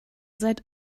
seid